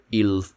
ill